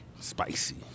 Spicy